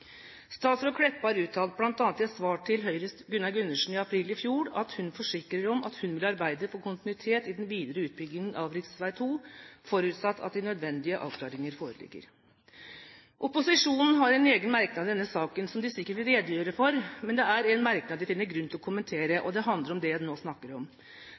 Statsråd Meltveit Kleppa har uttalt, bl.a. i et svar til Høyres Gunnar Gundersen i april i fjor, at hun forsikrer om at hun vil arbeide for kontinuitet i den videre utbyggingen av rv. 2, forutsatt at de nødvendige avklaringer foreligger. Opposisjonen har egne merknader i denne saken som de sikkert vil redegjøre for. Men det er én merknad jeg finner grunn til å kommentere, og det handler om det jeg nå har snakket om.